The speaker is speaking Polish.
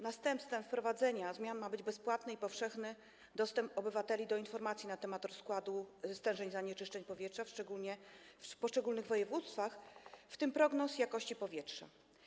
Następstwem wprowadzanych zmian ma być bezpłatny i powszechny dostęp obywateli do informacji na temat rozkładu stężeń zanieczyszczeń powietrza w poszczególnych województwach, w tym prognoz jakości powietrza.